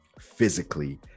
physically